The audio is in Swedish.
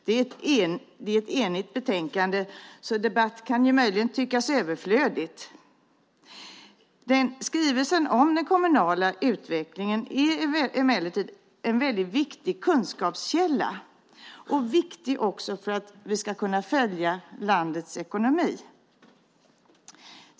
Det är ett enigt betänkande, så debatt kan möjligen tyckas överflödig. Skrivelsen om den kommunala utvecklingen är emellertid en väldigt viktig kunskapskälla - viktig också för att vi ska kunna följa landets ekonomi.